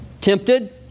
tempted